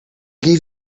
gave